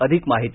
अधिक माहिती